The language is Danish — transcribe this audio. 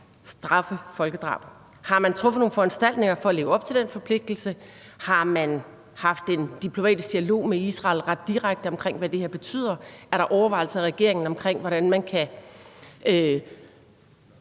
straffe folkedrab. Har man truffet nogen foranstaltninger for at leve op til den forpligtelse? Har man haft en diplomatisk dialog med Israel – ret direkte – om, hvad det her betyder? Er der overvejelser i regeringen om, hvordan man kan